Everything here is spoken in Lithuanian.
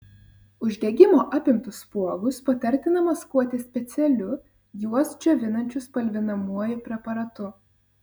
uždegimo apimtus spuogus patartina maskuoti specialiu juos džiovinančiu spalvinamuoju preparatu